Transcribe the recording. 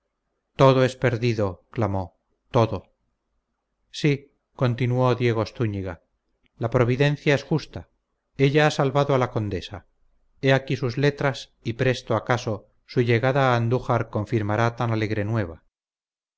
todo es perdido clamó todo sí continuó diego stúñiga la providencia es justa ella ha salvado a la condesa he aquí sus letras y presto acaso su llegada a andújar confirmará tan alegre nueva